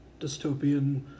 dystopian